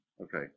Okay